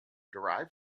derived